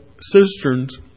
cisterns